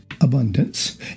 abundance